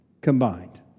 combined